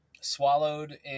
Swallowed